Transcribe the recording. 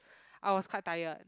I was quite tired